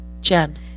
jen